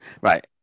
right